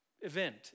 event